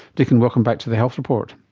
dicken, welcome back to the health report.